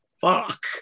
fuck